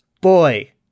boy